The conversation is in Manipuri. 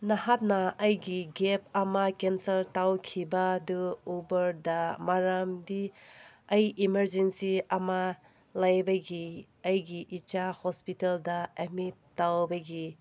ꯅꯍꯥꯛꯅ ꯑꯩꯒꯤ ꯀꯦꯞ ꯑꯃ ꯀꯦꯟꯁꯦꯜ ꯇꯧꯈꯤꯕ ꯑꯗꯨ ꯎꯕꯔꯗ ꯃꯔꯝꯗꯤ ꯑꯩ ꯏꯃꯥꯔꯖꯦꯟꯁꯤ ꯑꯃ ꯂꯩꯕꯒꯤ ꯑꯩꯒꯤ ꯏꯆꯥ ꯍꯣꯁꯄꯤꯇꯥꯜꯗ ꯑꯦꯠꯃꯤꯠ ꯇꯧꯕꯒꯤ